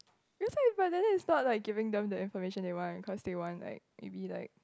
you also have but then that it's not like giving them the information they want because they want like maybe like